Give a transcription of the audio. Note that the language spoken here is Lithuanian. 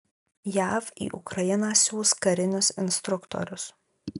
jav į ukrainą siųs karinius instruktorius